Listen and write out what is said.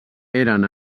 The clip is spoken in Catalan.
eren